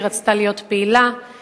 היא רצתה להיות פעילה,